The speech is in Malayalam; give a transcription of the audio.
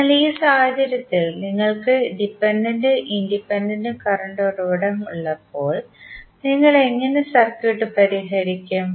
അതിനാൽ ഈ സാഹചര്യത്തിൽ നിങ്ങൾക്ക് ഡിപെൻഡന്റും ഇൻഡിപെൻഡന്റ് കറണ്ട് ഉറവിടം ഉള്ളപ്പോൾ നിങ്ങൾ എങ്ങനെ സർക്യൂട്ട് പരിഹരിക്കും